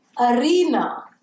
arena